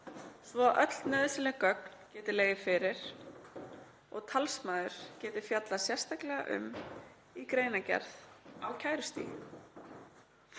svo öll nauðsynleg gögn geti legið fyrir og talsmaður geti fjallað sérstaklega um í greinargerð á kærustigi“.